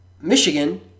Michigan